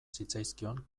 zitzaizkion